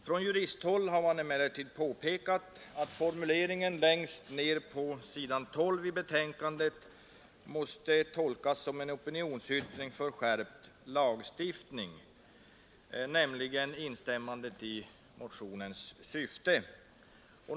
Från juristhåll har man emellertid påpekat att formuleringen längst ner på s. 12 i betänkandet, nämligen instämmandet i motionens syfte, måste tolkas som en opinionsyttring för skärpt lagstiftning.